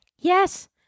Yes